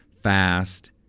fast